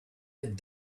had